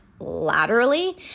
Laterally